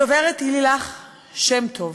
הדוברת היא לילך שם טוב.